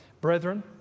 Brethren